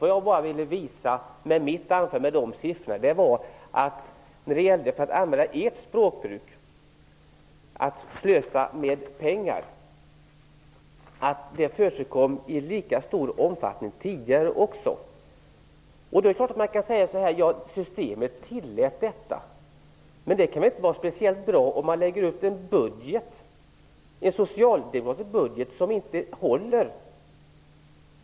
Vad jag ville visa med mitt anförande var att -- för att använda ert språkbruk -- slöseri med pengar förekom i lika stor omfattning tidigare. Man kan naturligtvis säga att systemet tillät detta. Men det kan väl inte vara bra om man lägger upp en socialdemokratisk budget som inte håller.